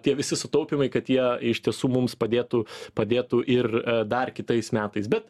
tie visi sutaupymai kad jie iš tiesų mums padėtų padėtų ir dar kitais metais bet